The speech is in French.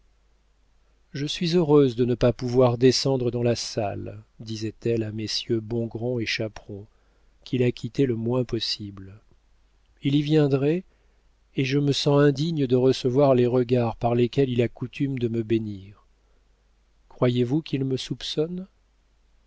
je suis heureuse de ne pas pouvoir descendre dans la salle disait-elle à messieurs bongrand et chaperon qui la quittaient le moins possible il y viendrait et je me sens indigne de recevoir les regards par lesquels il a coutume de me bénir croyez-vous qu'il me soupçonne